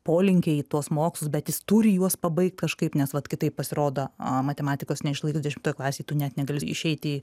polinkiai į tuos mokslus bet jis turi juos pabaigt kažkaip nes vat kitaip pasirodo matematikos neišlaikius dešimtoje klasėj tu net negali išeiti į